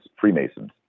Freemasons